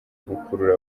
gukurura